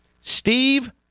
Steve